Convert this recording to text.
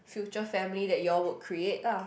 future family that you all will create lah